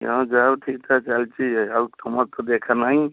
ହଁ ଯାହା ହଉ ଠିକ୍ଠାକ୍ ଚାଲିଛି ଏ ଆଉ ତୁମର ତ ଦେଖାନାହିଁ